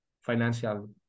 financial